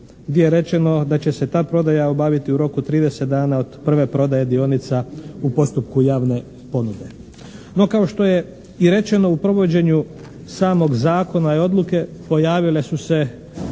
gdje je rečeno da će se ta prodaja obaviti u roku od 30 dana, od prve prodaje dionica u postupku javne ponude. No kao što je i rečeno, u provođenju samog Zakona i odluke, pojavile su se